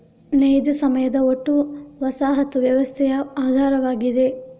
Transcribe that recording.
ನೈಜ ಸಮಯದ ಒಟ್ಟು ವಸಾಹತು ವ್ಯವಸ್ಥೆಯ ಆಧಾರವಾಗಿದೆ